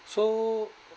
so